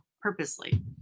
purposely